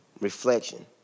reflection